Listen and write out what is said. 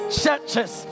churches